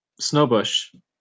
Snowbush